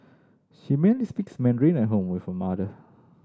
she mainly speaks Mandarin at home with her mother